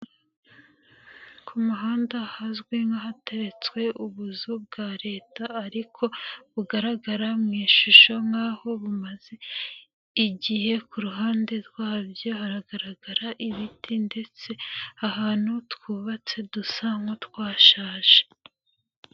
Ku muhanda hazwi nk'ahateretswe ubuzu bwa Leta ariko bugaragara mu ishusho nk'aho bumaze, igihe ku ruhande rwabyo hagaragara ibiti ndetse ahantu twubatse dusa nk'utwashaje.